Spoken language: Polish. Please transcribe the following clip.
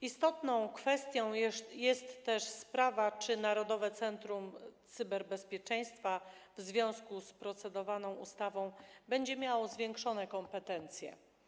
Istotną kwestią jest też sprawa, czy Narodowe Centrum Cyberbezpieczeństwa w związku z procedowaną ustawą będzie miało zwiększone kompetencje.